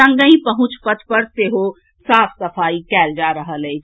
संगहि पहुंच पथ पर सेहो साफ सफाई कयल जा रहल अछि